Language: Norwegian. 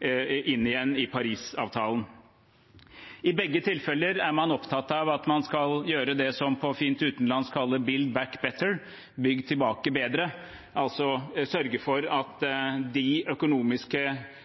inn igjen i Parisavtalen. I begge tilfeller er man opptatt av at man skal gjøre det som på fint utenlandsk kalles «Build Back Better» – bygg tilbake bedre – altså sørge for at de økonomiske